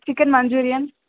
chicken manchurian